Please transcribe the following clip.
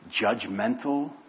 judgmental